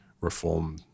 reform